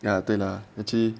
ya 对 lah actually